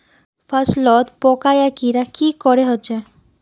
फसलोत पोका या कीड़ा की करे होचे?